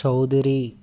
Chowdary